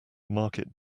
market